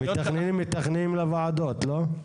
המתכננים מתכננים לוועדות, לא?